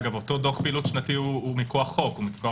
אגב, אותו דוח פעילות שנתי הוא מכוח חוק.